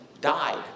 died